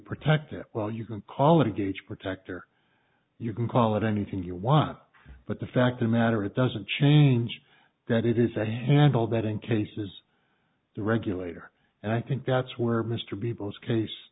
protect it well you can call it a gauge protector you can call it anything you want but the fact the matter it doesn't change that it is a handle that encases the regulator and i think that's where mr people's case